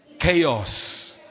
Chaos